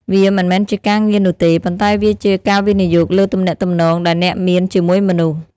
វាមិនមែនជាការងារនោះទេ ប៉ុន្តែវាជាការវិនិយោគលើទំនាក់ទំនងដែលអ្នកមានជាមួយមនុស្ស។